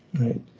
Right